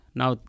now